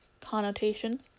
connotation